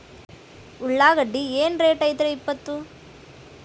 ಉಳ್ಳಾಗಡ್ಡಿ ಏನ್ ರೇಟ್ ಐತ್ರೇ ಇಪ್ಪತ್ತು?